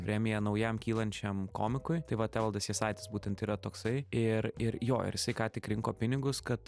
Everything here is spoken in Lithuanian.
premiją naujam kylančiam komikui tai vat evaldas jasaitis būtent yra toksai ir ir jo ir jisai ką tik rinko pinigus kad